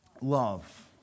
love